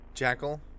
Jackal